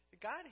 God